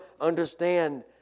understand